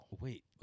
Wait